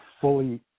fully